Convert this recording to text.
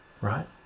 right